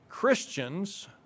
Christians